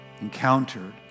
Encountered